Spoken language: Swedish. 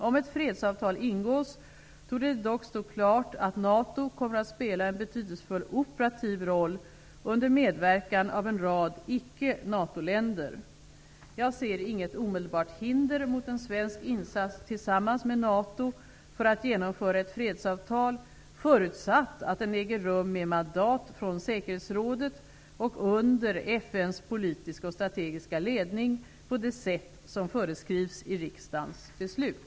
Om ett fredsavtal ingås, torde det dock stå klart att NATO kommer att spela en betydelsefull operativ roll under medverkan av en rad icke NATO-länder. Jag ser inget omedelbart hinder mot en svensk insats tillsammans med NATO för att genomföra ett fredsavtal förutsatt att den äger rum med mandat från säkerhetsrådet och under FN:s politiska och strategiska ledning, på det sätt som föreskrivs i riksdagens beslut.